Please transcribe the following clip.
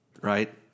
right